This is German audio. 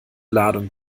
ladung